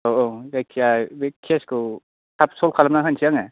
औ औ जायखिया बे केसखौ थाब सल्भ खालामना होनसै आङो